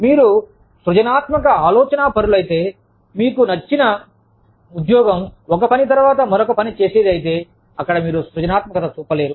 మీరు సృజనాత్మక ఆలోచనాపరులైతే మరియు మీకు ఇచ్చిన ఉద్యోగం ఒక పని తర్వాత మరొక పని చేసేది అయితే అక్కడ మీరు సృజనాత్మకత చూపలేరు